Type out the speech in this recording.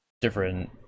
different